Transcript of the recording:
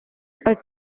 are